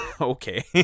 okay